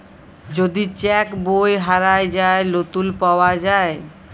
যদি চ্যাক বই হারাঁয় যায়, লতুল পাউয়া যায়